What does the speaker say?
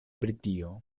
britio